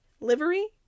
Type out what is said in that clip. livery